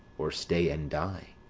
or stay and die.